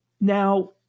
Now